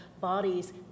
bodies